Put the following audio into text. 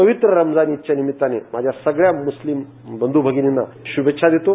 पवित्र रमजान ईदच्या निमित्ताने माझ्या सगळ्या मुस्लिम बंधू भगिनींना शुभेच्छा देतो